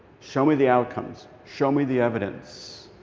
show me the outcomes. show me the evidence.